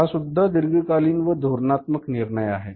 हा सुद्धा दीर्घकालीन व धोरणात्मक निर्णय आहे